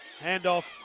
handoff